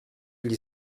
gli